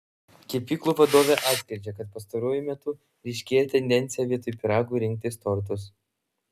kepyklų vadovė atskleidžia kad pastaruoju metu ryškėja tendencija vietoj pyragų rinktis tortus